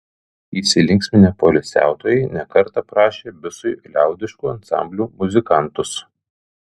įsilinksminę poilsiautojai ne kartą prašė bisui liaudiškų ansamblių muzikantus